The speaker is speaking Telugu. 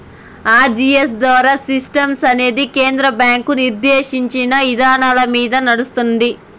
ఆర్టీజీయస్ ద్వారా సిస్టమనేది కేంద్ర బ్యాంకు నిర్దేశించిన ఇదానాలమింద నడస్తాంది